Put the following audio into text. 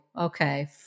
Okay